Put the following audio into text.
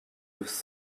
his